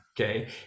okay